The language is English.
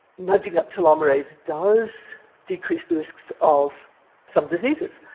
nudging up telomerase does decrease the risks of some diseases,